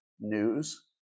news